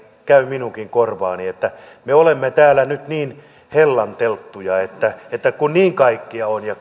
käy minunkin korvaani että me olemme täällä nyt niin hellantelttuja että ja että kun niin kaikkia on ja